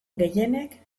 gehienek